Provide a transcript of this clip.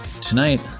Tonight